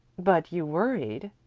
but you worried,